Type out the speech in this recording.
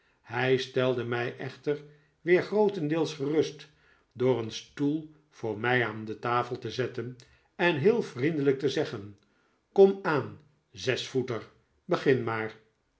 hij stelde mij echter weer grootendeels gerust door een stoel voor mij bij de tafel te zetten en heel vriendelijk te zeggen komaan zesvoeter begin maar